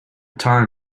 time